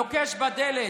נוקש בדלת,